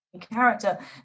character